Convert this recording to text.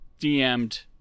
DM'd